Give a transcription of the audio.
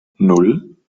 nan